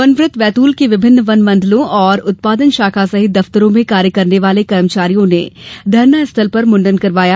one वृत्त बैतूल के विभिन्न वन मंडलों और उत्पादन शाखा सहित दफ्तरों में कार्य करने वाले कर्मचारियों ने धरनास्थल पर मुंडन कराया